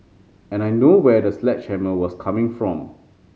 and I know where the sledgehammer was coming from